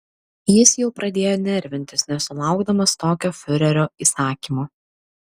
jis jau pradėjo nervintis nesulaukdamas tokio fiurerio įsakymo